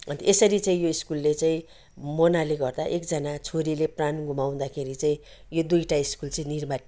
अन्त यसरी चाहिँ यो सकुलले चाहिँ मोनाले गर्दा एकजना छोरीले प्राण गुमाउदाखेरि चाहिँ यो दुईटा स्कुल चाहिँ निर्माण